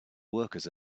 workers